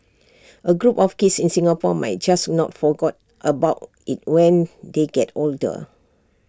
A group of kids in Singapore might just not forgot about IT when they get older